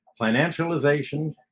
financialization